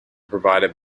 provided